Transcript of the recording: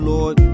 Lord